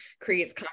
creates